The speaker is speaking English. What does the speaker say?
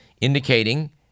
indicating